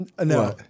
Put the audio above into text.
No